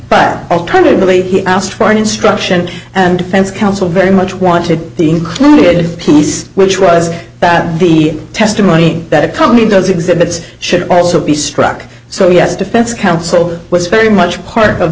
yes alternatively he asked for an instruction and defense counsel very much wanted the included piece which was that the testimony that comey does exhibits should also be struck so yes defense counsel was very much part of